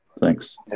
Thanks